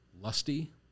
lusty